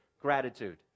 gratitude